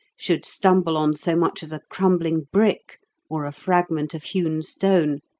should stumble on so much as a crumbling brick or a fragment of hewn stone,